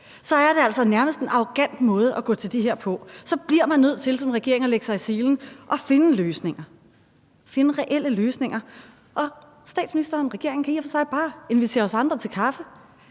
er det jo nærmest en arrogant måde at gå til det her på. Så bliver man nødt til som regering at lægge sig i selen og finde løsninger – finde reelle løsninger – og statsministeren og regeringen kan i og for sig bare invitere os andre til kaffe.